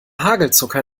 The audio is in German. hagelzucker